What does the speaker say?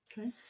Okay